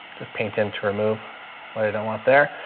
just painted to remove what i don't want there.